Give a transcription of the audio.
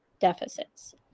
deficits